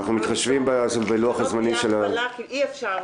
אנחנו מתחשבים בלוח הזמנים -- כי אי אפשר